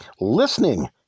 listening